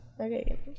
Okay